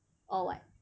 or what